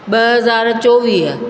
ॿ हज़ार चोवीह